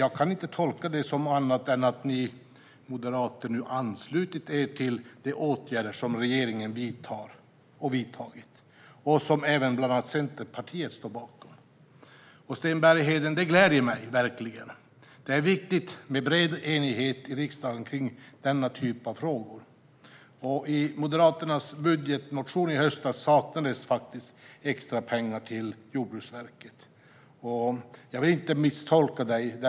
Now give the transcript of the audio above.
Jag kan inte tolka det som annat än att ni moderater nu anslutit er till de åtgärder som regeringen vidtar och vidtagit, åtgärder som även bland annat Centerpartiet står bakom. Det gläder mig verkligen. Det är viktigt med bred enighet i riksdagen kring denna typ av frågor. I Moderaternas budgetmotion i höstas saknades faktiskt extrapengar till Jordbruksverket. Jag vill inte misstolka dig, Sten Bergheden.